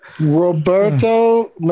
Roberto